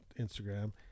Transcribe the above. Instagram